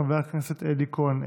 חבר הכנסת אלי כהן,